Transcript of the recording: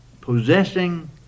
possessing